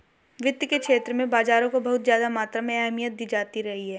वित्त के क्षेत्र में बाजारों को बहुत ज्यादा मात्रा में अहमियत दी जाती रही है